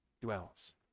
dwells